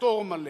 פטור מלא,